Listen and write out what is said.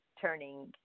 turning